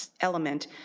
element